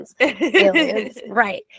Right